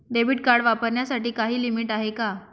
Debit card वापरण्यासाठी काही limit आहे का?